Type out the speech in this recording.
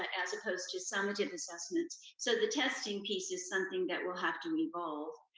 ah as opposed to summative assessments. so the testing piece is something that will have to evolve.